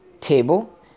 table